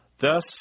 Thus